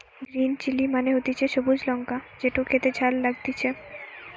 green chilli মানে হতিছে সবুজ লঙ্কা যেটো খেতে ঝাল লাগতিছে